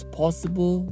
possible